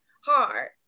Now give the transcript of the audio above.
hard